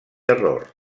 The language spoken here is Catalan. error